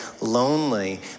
lonely